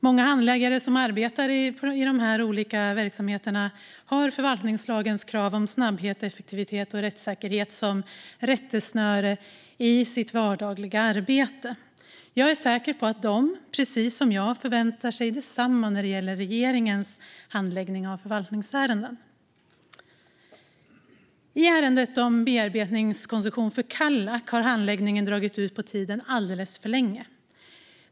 Många handläggare som arbetar i de här olika verksamheterna har förvaltningslagens krav om snabbhet, effektivitet och rättssäkerhet som rättesnöre i sitt vardagliga arbete. Jag är säker på att de, precis om jag, förväntar sig detsamma när det gäller regeringens handläggning av förvaltningsärenden. I ärendet om bearbetningskoncession för Kallak har handläggningen har dragit ut på tiden alldeles för länge.